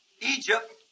Egypt